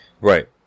Right